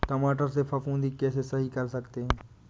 टमाटर से फफूंदी कैसे सही कर सकते हैं?